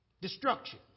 Destruction